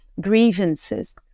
grievances